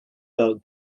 felt